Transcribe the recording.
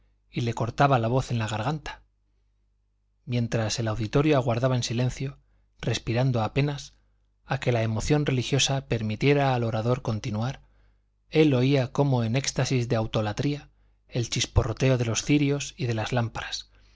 y le cortaba la voz en la garganta mientras el auditorio aguardaba en silencio respirando apenas a que la emoción religiosa permitiera al orador continuar él oía como en éxtasis de autolatría el chisporroteo de los cirios y de las lámparas